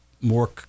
more